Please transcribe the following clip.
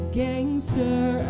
gangster